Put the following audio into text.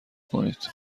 کنید